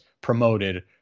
promoted